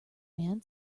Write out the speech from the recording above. man